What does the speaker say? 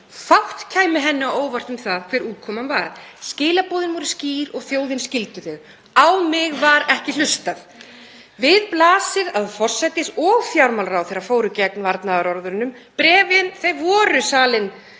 fátt kæmi henni á óvart um það hver útkoman var. Skilaboðin voru skýr og þjóðin skildi þau: Á mig var ekki hlustað. Við blasir að forsætisráðherra og fjármálaráðherra fóru gegn varnaðarorðunum. Bréfin voru seld